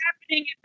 happening